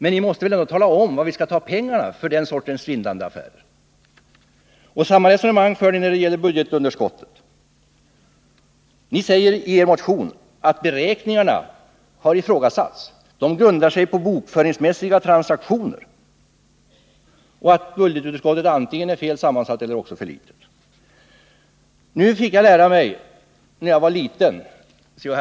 Men ni måste väl tala om varifrån pengarna skall tas till den sortens svindlande affärer? Samma resonemang för ni när det gäller budgetunderskottet. Ni säger i er motion att beräkningarna har ifrågasatts — de grundar sig på bokföringsmässiga transaktioner och på att budgetunderskottet antingen är fel sammansatt eller också för litet. Nu fick jag lära mig när jag var liten, C.-H.